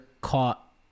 caught